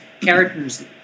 characters